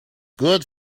good